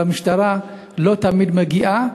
אבל המשטרה לא תמיד מגיעה,